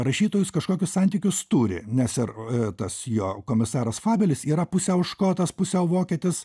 rašytojus kažkokius santykius turi nes ir tas jo komisaras fabelis yra pusiau škotas pusiau vokietis